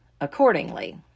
accordingly